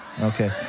Okay